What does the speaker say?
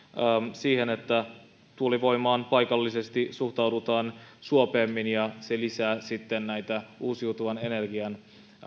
siihen että tuulivoimaan paikallisesti suhtaudutaan suopeammin ja se lisää sitten näitä uusiutuvan energian